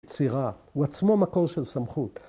‫יצירה, הוא עצמו מקור של סמכות.